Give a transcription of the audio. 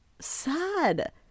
sad